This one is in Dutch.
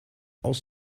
als